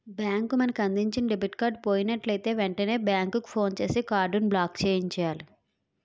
bank మనకు అందించిన debit card పోయినట్లయితే వెంటనే బ్యాంకుకు ఫోన్ చేసి కార్డును బ్లాక్చేయించాలి